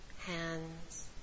hands